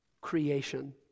creation